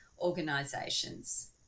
organisations